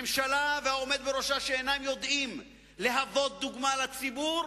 ממשלה והעומד בראשה שאינם יודעים להוות דוגמה לציבור